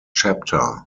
chapter